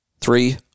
three